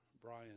Brian